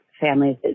families